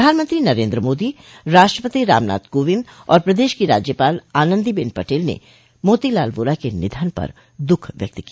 प्रधानमंत्री नरेंद्र मोदी राष्ट्रपति रामनाथ कोविंद और प्रदेश की राज्यपाल आनन्दीबेन पटेल ने मोतीलाल वोरा के निधन पर दुख व्यक्त किया